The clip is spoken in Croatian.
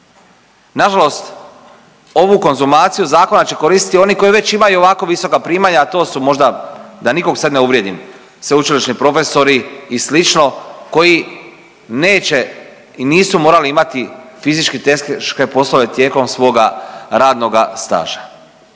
Nažalost, ovu konzumaciju zakona će koristiti oni koji već imaju ovako visoka primanja, a to su možda da nikog sad ne uvrijedim sveučilišni profesori i slično koji neće i nisu morali imati fizički teške poslove tijekom svoga radnoga staža.